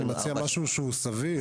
אני מציע משהו סביר.